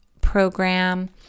program